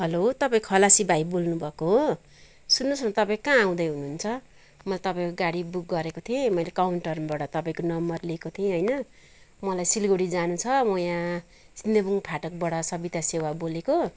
hello तपाईँ खलासी भाइ बोल्नुभएको हो सुन्नुहोस् न तपाईँ कहाँ आउँदै हुनुहुन्छ मैले तपाईँको गाडी बुक गरेको थिएँ मैले काउन्टरबाट तपाईँको नम्बर लिएको थिएँ होइन मलाई सिलगढी जानु छ म यहाँ सिन्देबुङ फाटकबाट सविता सेवा बोलेको